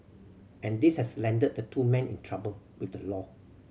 and this has landed the two men in trouble with the law